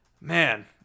Man